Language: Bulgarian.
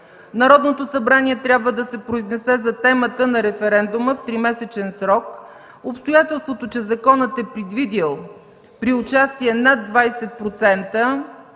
Народното събрание трябва да се произнесе за темата на референдума в тримесечен срок. Обстоятелството, че законът е предвидил при участие над 20%